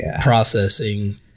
processing